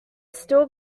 steel